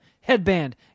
Headband